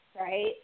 right